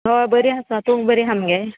हय बरी आसा तूं बरी आहा मगे